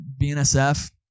BNSF